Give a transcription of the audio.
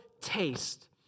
taste